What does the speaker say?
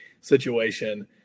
situation